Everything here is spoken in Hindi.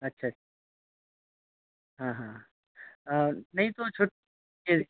अच्छा हाँ हाँ हाँ नहीं तो छुट ये